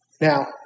Now